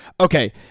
Okay